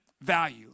value